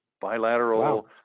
Bilateral